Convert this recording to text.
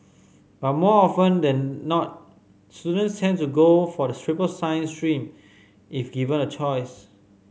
but more often than not students tend to go for the triple science stream if given a choice